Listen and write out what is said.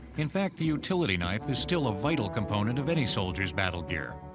in fact, the utility knife is still a vital component of any soldier's battle gear.